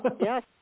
Yes